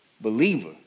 believer